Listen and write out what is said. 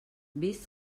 vist